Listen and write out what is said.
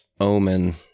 Omen